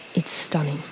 it's stunning.